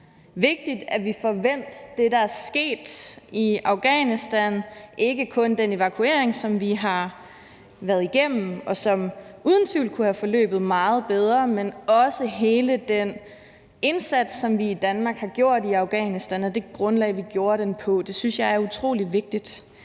det er vigtigt, at vi får vendt det, der er sket i Afghanistan, ikke kun den evakuering, som vi har været igennem, og som uden tvivl kunne have forløbet meget bedre, men også hele den indsats, som vi i Danmark har gjort i Afghanistan, og det grundlag, vi gjorde den på. Det synes jeg er utrolig vigtigt.